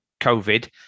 COVID